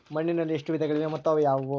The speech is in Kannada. ಮಣ್ಣಿನಲ್ಲಿ ಎಷ್ಟು ವಿಧಗಳಿವೆ ಮತ್ತು ಅವು ಯಾವುವು?